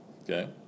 Okay